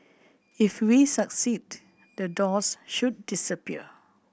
if we succeed the doors should disappear